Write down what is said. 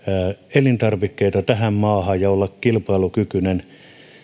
elintarvikkeita tähän maahan ja olla kilpailukykyinen